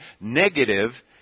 negative